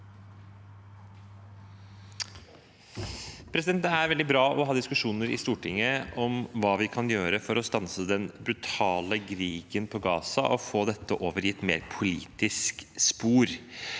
Det er veldig bra å ha diskusjoner i Stortinget om hva vi kan gjøre for å stanse den brutale krigen i Gaza og få dette over i et mer politisk spor.